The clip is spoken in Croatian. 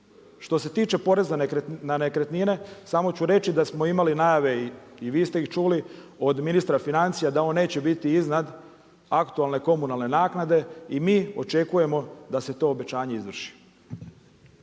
Što se tiče poreza na nekretnine samo ću reći da smo imali najave i vi ste ih čuli od ministra financija da on neće biti iznad aktualne komunalne naknade i mi očekujemo da se to obećanje izvrši.